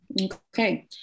Okay